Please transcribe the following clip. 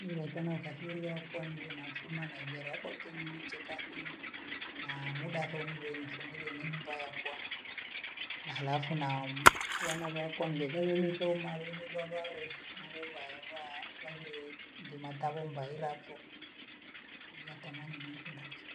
niletano kafilwa kwani we nafsuma naengelea kokeni niche kafini na mudakomu lielfumbili ni mpakwa, halafu na wana bakwa ngeze yunifomu naele nyumba mbale nakukwayavaa wahile ndima tavo mbailaki, ye atamani nimkundakcho.